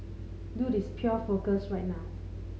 dude is pure focus right now